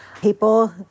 people